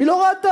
היא לא ראתה.